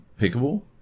pickable